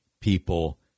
people